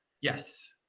Yes